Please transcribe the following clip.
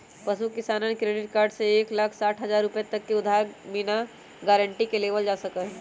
पशु किसान credit card में एक लाख साठ हजार रुपए तक के उधार बिना गारंटी के लेबल जा सका हई